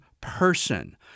person